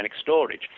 storage